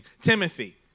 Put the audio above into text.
Timothy